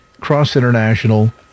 cross-international